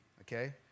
okay